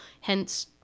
hence